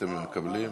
אתם מקבלים?